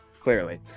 Clearly